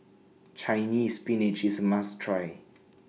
Chinese Spinach IS A must Try